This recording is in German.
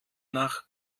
nach